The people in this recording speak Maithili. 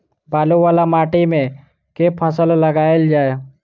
बालू वला माटि मे केँ फसल लगाएल जाए?